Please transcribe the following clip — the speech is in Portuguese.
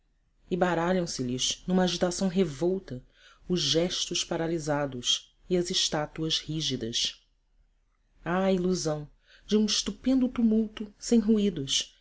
fingidos e baralham se lhes numa agitação revolta os gestos paralisados e as estaturas rígidas há a ilusão de um estupendo tumulto sem ruídos